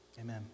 Amen